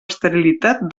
esterilitat